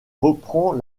reprend